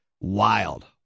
Wild